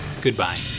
goodbye